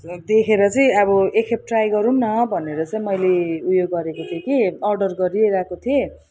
देखेर चाहिँ अब एकखेप ट्राई गरूँ न भनेर चाहिँ मैले ऊ यो गरेको थिएँ कि अर्डर गरिरहेको थिएँ